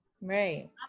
right